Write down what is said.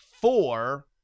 four